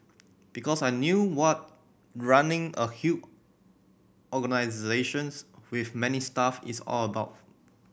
because I knew what running a huge organisations with many staff is all about